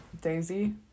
daisy